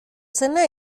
zena